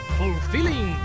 fulfilling